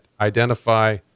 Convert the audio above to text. identify